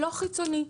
חיצונית לא.